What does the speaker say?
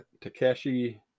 Takeshi